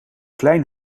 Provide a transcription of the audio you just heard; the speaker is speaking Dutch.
klein